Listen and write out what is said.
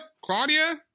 Claudia